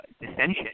dissension